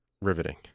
riveting